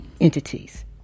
entities